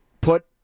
put